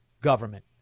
government